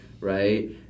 right